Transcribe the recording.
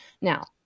Now